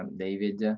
um david. ah